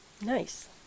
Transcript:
Nice